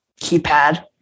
keypad